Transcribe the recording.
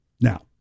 Now